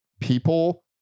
people